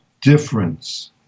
difference